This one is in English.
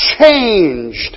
changed